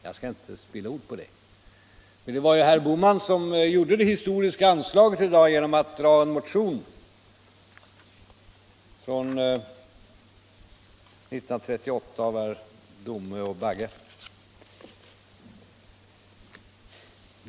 Jag skall inte spilla ord på det, men det var ju herr Bohman som gjorde det historiska anslaget i dag genom att hänvisa till en motion från 1938 av herrar Domö och Bagge.